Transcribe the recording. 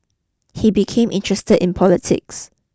he became interested in politics